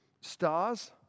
stars